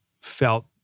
felt